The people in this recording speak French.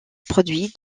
produit